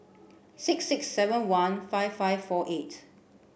six six seven one five five four eight